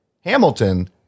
hamilton